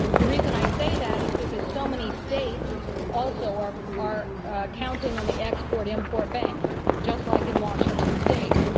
the reason i say that is because so many states also are are counting on the export-import bank just like in washington state.